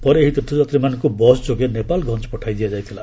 ପରେ ଏହି ତୀର୍ଥଯାତ୍ରୀମାନଙ୍କୁ ବସ୍ ଯୋଗେ ନେପାଳଗଞ୍ଜ ପଠାଯାଇଥିଲା